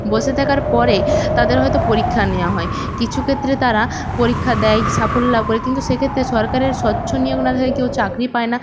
বসে থাকার পরে তাদের হয়তো পরীক্ষা নেওয়া হয় কিছু ক্ষেত্রে তারা পরীক্ষা দেয় সাফল্য লাভ করে কিন্তু সেক্ষেত্রে সরকারের স্বচ্ছ নিয়োগ না থাকায় কেউ চাকরি পায় না